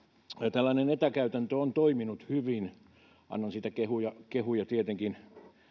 tällainen etäkäytäntö on toiminut hyvin annan siitä kehuja kehuja tietenkin